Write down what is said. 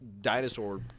dinosaur